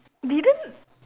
didn't